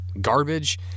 garbage